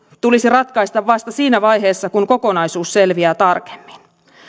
tulisi ratkaista vasta siinä vaiheessa kun kokonaisuus selviää tarkemmin